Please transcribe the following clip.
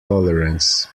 tolerance